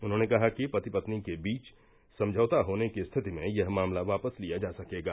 उन्होंने कहा कि पति पली के बीच समझौता होने की स्थिति में यह मामला वापस लिया जा सकेगा